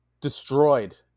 destroyed